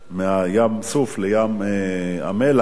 מים-סוף לים-המלח,